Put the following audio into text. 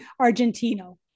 argentino